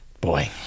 Boy